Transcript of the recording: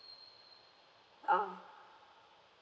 oh